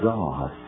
God